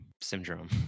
syndrome